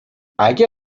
اگه